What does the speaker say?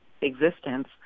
existence